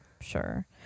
sure